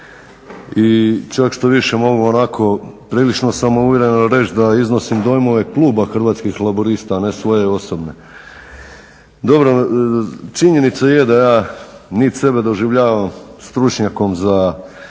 i čak štoviše mogu onako prilično samouvjereno reći da iznosim dojmove kluba Hrvatskih laburista a ne svoje osobne. Činjenica je da niti sebe doživljavam stručnjakom za